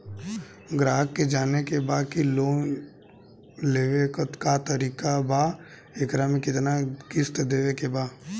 ग्राहक के जाने के बा की की लोन लेवे क का तरीका बा एकरा में कितना किस्त देवे के बा?